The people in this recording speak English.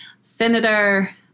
senator